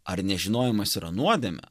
ar nežinojimas yra nuodėmė